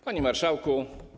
Panie Marszałku!